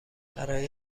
برای